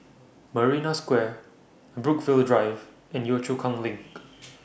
Marina Square Brookvale Drive and Yio Chu Kang LINK